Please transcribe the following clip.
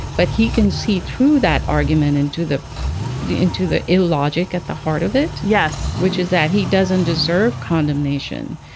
but he can see through that argument into the the into the illogic at the heart of it. yes. which is that he doesn't deserve condemnation.